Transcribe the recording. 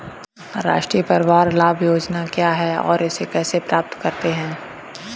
राष्ट्रीय परिवार लाभ परियोजना क्या है और इसे कैसे प्राप्त करते हैं?